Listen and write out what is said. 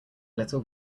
little